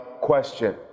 question